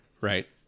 right